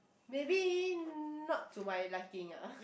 maybe not to my liking ah